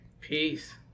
Peace